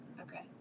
okay